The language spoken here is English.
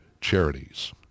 charities